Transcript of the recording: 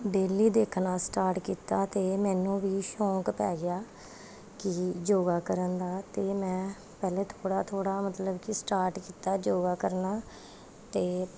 daily ਦੇਖਣਾ start ਕੀਤਾ ਅਤੇ ਮੈਨੂੰ ਵੀ ਸ਼ੌਕ ਪੈ ਗਿਆ ਕਿ ਯੋਗਾ ਕਰਨ ਦਾ ਅਤੇ ਮੈਂ ਪਹਿਲਾਂ ਥੋੜ੍ਹਾ ਥੋੜ੍ਹਾ ਮਤਲਬ ਕਿ ਸਟਾਰਟ ਕੀਤਾ ਯੋਗਾ ਕਰਨਾ ਅਤੇ